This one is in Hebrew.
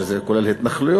שזה כולל התנחלויות,